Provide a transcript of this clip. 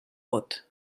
bot